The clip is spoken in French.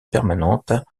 permanente